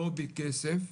לא בכסף,